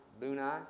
Bunai